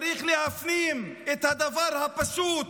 צריך להפנים את הדבר הפשוט,